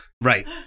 Right